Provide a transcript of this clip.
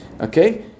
Okay